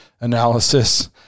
analysis